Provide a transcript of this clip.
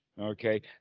Okay